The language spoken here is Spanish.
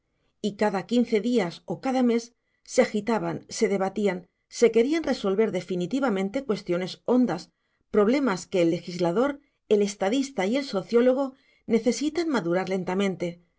y cada quince días o cada mes se agitaban se debatían se querían resolver definitivamente cuestiones hondas problemas que el legislador el estadista y el sociólogo necesitan madurar lentamente